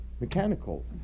mechanical